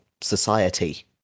society